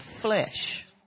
flesh